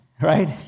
right